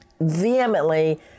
vehemently